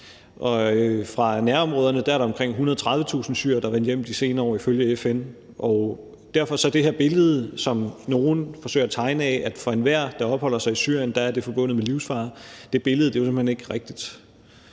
Og til nærområderne er der omkring 130.000 syrere, der er vendt hjem i de senere år ifølge FN. Derfor er det her billede, som nogle forsøger at tegne af, at det for enhver, der opholder sig i Syrien, er forbundet med livsfare, jo simpelt hen ikke rigtigt.